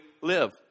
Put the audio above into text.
live